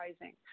rising